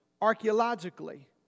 archaeologically